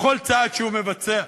בכל צעד שהוא מבצע.